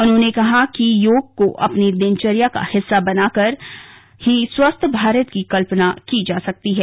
उन्होंने कहा कि योग को अपनी दिनचर्या का हिस्सा बनाकर ही स्वस्थ भारत की कल्पना की जा सकती है